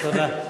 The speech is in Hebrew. תודה.